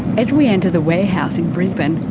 as we enter the warehouse in brisbane,